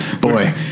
boy